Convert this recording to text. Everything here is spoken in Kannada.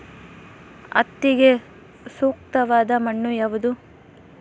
ಹತ್ತಿಗೆ ಸೂಕ್ತವಾದ ಮಣ್ಣು ಯಾವುದು?